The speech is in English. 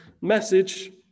message